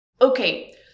Okay